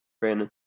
Brandon